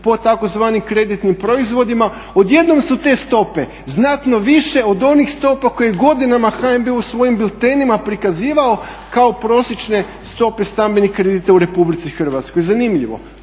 po tzv. kreditnim proizvodima. Odjednom su te stope znatno više od onih stopa koje je godinama HNB u svojim biltenima prikazivao kao prosječne stope stambenih kredita u RH. Zanimljivo.